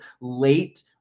late